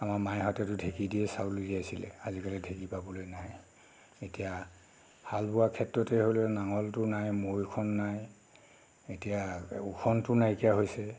আমাৰ মাইহঁতেতো ঢেঁকী দিয়েই চাউল উলিয়াইছিলে আজিকালি ঢেঁকী পাবলৈ নাই এতিয়া হাল বোৱা ক্ষেত্ৰতে হ'লেও নাঙলটো নাই মৈখন নাই এতিয়া ওখোনটো নাইকিয়া হৈছে